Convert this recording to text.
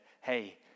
hey